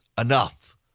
enough